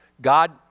God